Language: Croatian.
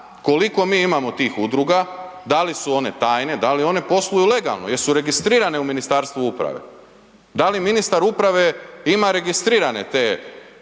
koliko mi imamo tih udruga, da li su one tajne, da li one posluju legalne, jesu registrirane u Ministarstvu uprave? Da li ministar uprave ima registrirane te